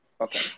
Okay